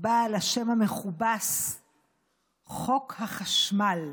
בעל השם המכובס "חוק החשמל".